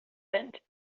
saddened